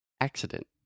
Accident